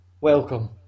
welcome